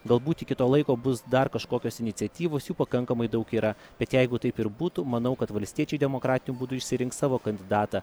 galbūt iki to laiko bus dar kažkokios iniciatyvos jų pakankamai daug yra bet jeigu taip ir būtų manau kad valstiečiai demokratiniu būdu išsirinks savo kandidatą